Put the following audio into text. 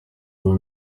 uwuhe